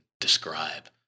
describe